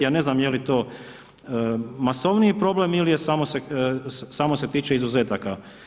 Ja ne znam je li to masovniji problem ili se samo tiče izuzetaka.